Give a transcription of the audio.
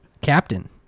captain